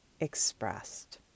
expressed